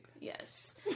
Yes